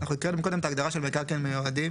אנחנו הקראנו קודם את ההגדרה של מקרקעין מיועדים